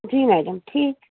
जी madam ठीकु